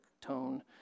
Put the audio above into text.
tone